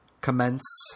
commence